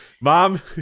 Mom